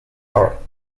are